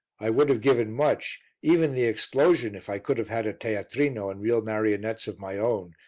i would have given much even the explosion if i could have had a teatrino and real marionettes of my own,